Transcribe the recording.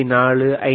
4 5